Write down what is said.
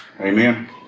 Amen